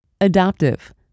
Adaptive